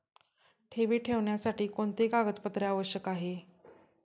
ठेवी ठेवण्यासाठी कोणते कागदपत्रे आवश्यक आहे?